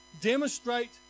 demonstrate